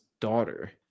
daughter